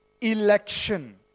election